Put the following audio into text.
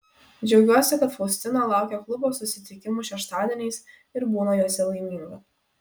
džiaugiuosi kad faustina laukia klubo susitikimų šeštadieniais ir būna juose laiminga